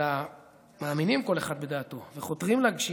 אלא מאמינים כל אחד בדעתו וחותרים להגשים